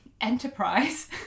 Enterprise